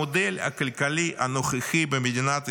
המודל הכלכלי הנוכחי במדינת ישראל,